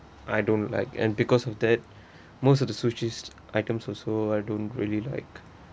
I don't like and because of that most of the sushi items also I don't really like